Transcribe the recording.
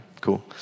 cool